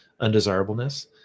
undesirableness